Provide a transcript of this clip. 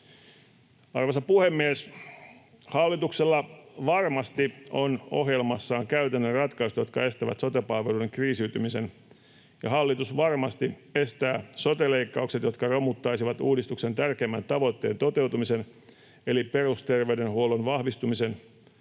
Arvoisa puhemies! Hallituksella varmasti on ohjelmassaan käytännön ratkaisut, jotka estävät sote-palveluiden kriisiytymisen, ja hallitus varmasti estää sote-leikkaukset, jotka romuttaisivat uudistuksen tärkeimmän tavoitteen toteutumisen eli perusterveydenhuollon vahvistumisen,